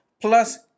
plus